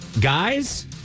guys